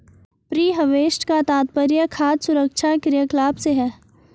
pre harvest का तात्पर्य खाद्य सुरक्षा क्रियाकलाप से है